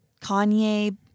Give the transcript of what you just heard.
Kanye